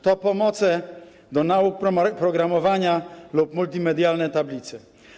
To pomoce dla nauk programowania lub multimedialne tablice.